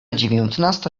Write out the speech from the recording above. dziewiętnasta